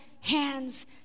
hands